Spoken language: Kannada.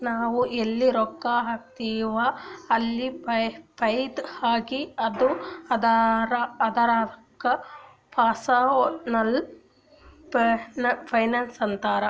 ನಾವ್ ಎಲ್ಲಿ ರೊಕ್ಕಾ ಹಾಕ್ತಿವ್ ಅಲ್ಲ ಫೈದಾ ಆಗ್ಲಿ ಅಂತ್ ಅದ್ದುಕ ಪರ್ಸನಲ್ ಫೈನಾನ್ಸ್ ಅಂತಾರ್